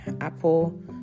Apple